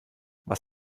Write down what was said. was